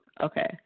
Okay